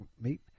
meet